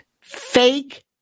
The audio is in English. fake